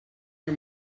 you